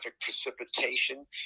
precipitation